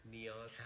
Neon